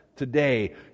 Today